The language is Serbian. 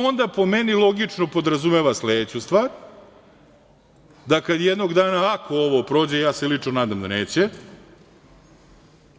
To onda, po meni, logično podrazumeva sledeću stvar da kada jednog dana, ako ovo prođe, ja se lično nadam da neće,